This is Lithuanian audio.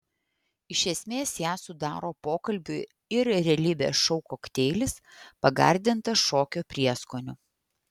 iš esmės ją sudaro pokalbių ir realybės šou kokteilis pagardintas šokio prieskoniu